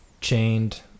chained